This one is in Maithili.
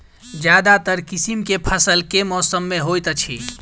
ज्यादातर किसिम केँ फसल केँ मौसम मे होइत अछि?